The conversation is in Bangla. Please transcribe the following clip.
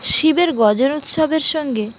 শিবের গজন উৎসবের সঙ্গে